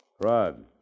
Rod